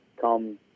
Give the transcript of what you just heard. come